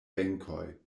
benkoj